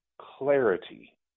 clarity